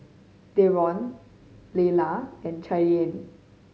Deron Leala and Cheyanne